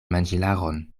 manĝilaron